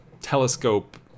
telescope